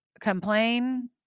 complain